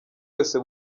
yose